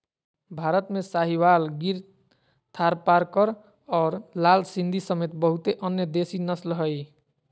भारत में साहीवाल, गिर थारपारकर और लाल सिंधी समेत बहुते अन्य देसी नस्ल हइ